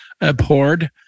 abhorred